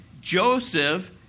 Joseph